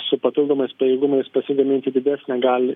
su papildomais pajėgumais pasigaminti didesnę gal